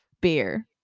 Beer